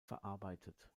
verarbeitet